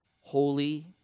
holy